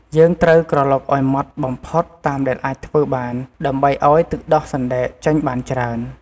យើងត្រូវក្រឡុកឱ្យម៉ដ្ឋបំផុតតាមដែលអាចធ្វើបាន ដើម្បីឱ្យទឹកដោះសណ្តែកចេញបានច្រើន។